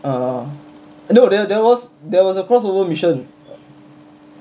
err no there there was there was a crossover mission